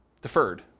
deferred